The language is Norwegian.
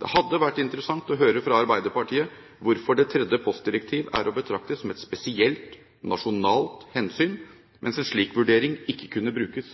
Det hadde vært interessant å høre fra Arbeiderpartiet hvorfor det tredje postdirektiv er å betrakte som et spesielt nasjonalt hensyn, mens en slik vurdering ikke kunne brukes